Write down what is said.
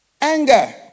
Anger